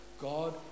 God